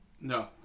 no